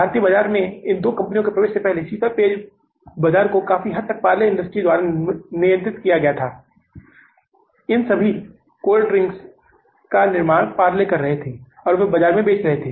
भारतीय बाजार में इन दोनों कंपनियों के प्रवेश से पहले शीतल पेय बाजार को काफी हद तक पारले इंडस्ट्रीज द्वारा नियंत्रित किया गया था इन सभी कोल्ड ड्रिंक्स का निर्माण पारले कर रहे थे और वे बाजार में बेच रहे थे